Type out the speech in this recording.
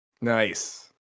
Nice